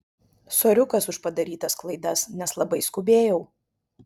soriukas už padarytas klaidas nes labai skubėjau